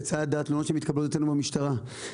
לצד הרשות שמתקבלות אצלנו במשטרה.